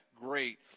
great